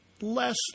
less